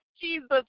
Jesus